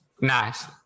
nice